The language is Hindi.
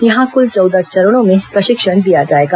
यहां कुल चौदह चरणों में प्रशिक्षण दिया जाएगा